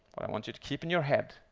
want you to keep in your head